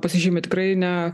pasižymi tikrai ne